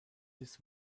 this